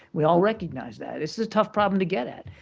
we all recognize that. this is a tough problem to get at.